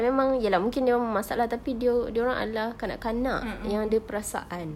memang ya lah mungkin dia orang bermasalah tapi dia dia orang adalah kanak-kanak yang ada perasaan